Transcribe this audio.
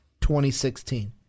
2016